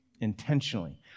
intentionally